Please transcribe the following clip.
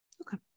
Okay